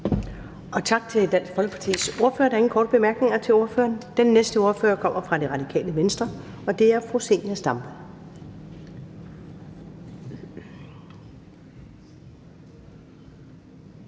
Tak til Dansk Folkepartis ordfører. Der er ingen korte bemærkninger til ordføreren. Den næste ordfører kommer fra Det Radikale Venstre, og det er fru Zenia Stampe.